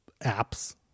apps